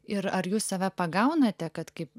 ir ar jūs save pagaunate kad kaip